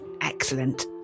excellent